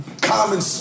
Common